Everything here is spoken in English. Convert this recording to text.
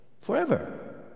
forever